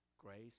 Grace